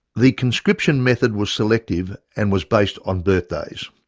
the conscription method was selective and was based on birthdays.